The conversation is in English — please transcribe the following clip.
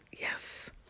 Yes